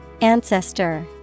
Ancestor